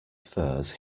furs